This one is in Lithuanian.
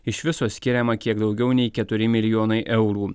iš viso skiriama kiek daugiau nei keturi milijonai eurų